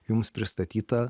jums pristatyta